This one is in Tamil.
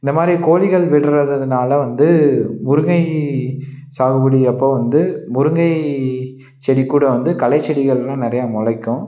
இந்தமாதிரி கோழிகள் விடறதுனால வந்து முருங்கை சாகுபடி அப்போ வந்து முருங்கை செடிக்கூட வந்து களை செடிகள்லாம் நிறையா முளைக்கும்